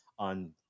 on